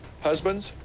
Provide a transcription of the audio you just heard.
husbands